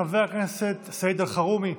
חבר הכנסת סעיד אלחרומי,